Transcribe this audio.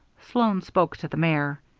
sloan spoke to the mare.